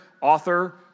author